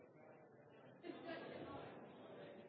tror jeg